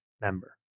member